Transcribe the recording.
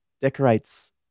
decorates